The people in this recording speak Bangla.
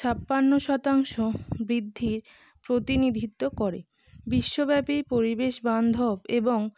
ছাপ্পান্ন শতাংশ বৃদ্ধির প্রতিনিধিত্ব করে বিশ্বব্যাপী পরিবেশবান্ধব এবং